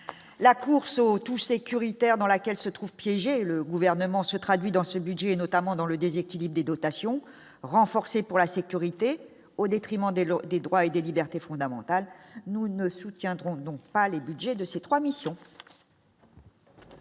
la course au tout sécuritaire dans laquelle se trouve piégé et le gouvernement se traduit dans ce budget et notamment dans le déséquilibre des dotations renforcée pour la sécurité au détriment des lots des droits et des libertés fondamentales, nous ne soutiendrons donc pas les Budgets de ces 3 missions.